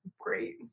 great